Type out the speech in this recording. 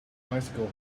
bicycle